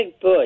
bush